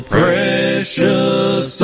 precious